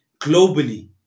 globally